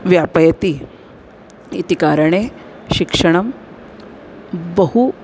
व्यापयति इति कारणेन शिक्षणं बहु